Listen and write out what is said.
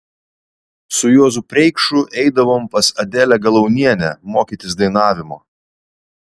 su juozu preikšu eidavom pas adelę galaunienę mokytis dainavimo